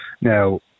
Now